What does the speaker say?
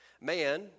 Man